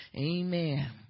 amen